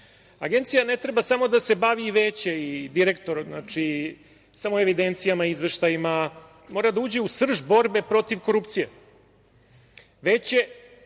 Agencija ne treba samo da se bavi i Veće i direktor, da se bavi samo evidencijama, izveštajima, mora da uđe u srž borbe protiv korupcije. Veće